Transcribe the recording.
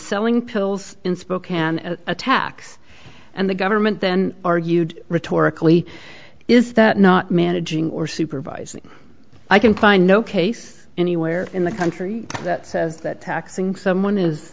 selling pills in spokane attacks and the government then argued rhetorically is that not managing or supervising i can find no case anywhere in the country that says that taxing someone is